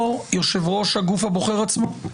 או יושב-ראש הגוף הבוחר עצמו.